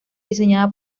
diseñada